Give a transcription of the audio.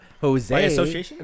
Jose